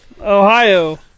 Ohio